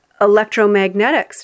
electromagnetics